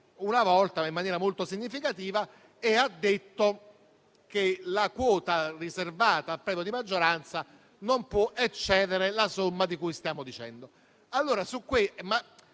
Una volta, ma in maniera molto significativa, ha detto che la quota riservata al premio di maggioranza non può eccedere la somma di cui stiamo dicendo.